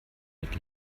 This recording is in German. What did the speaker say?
mit